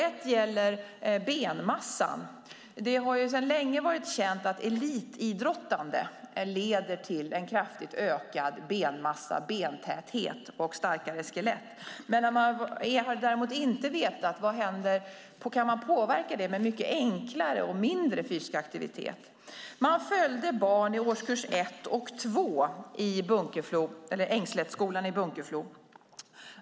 Ett gäller benmassan. Det har sedan länge varit känt att elitidrottande leder till en kraftigt ökad benmassa, bentäthet och starkare skelett. Det man däremot inte har vetat är om man kan påverka det med mycket enklare och mindre fysisk aktivitet. Man följde barn i årskurs 1 och 2 i Ängslättskolan i Bunkeflo.